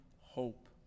hope